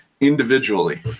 individually